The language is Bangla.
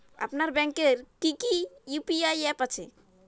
আপনার ব্যাংকের কি কি ইউ.পি.আই অ্যাপ আছে?